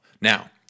Now